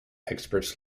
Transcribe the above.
experts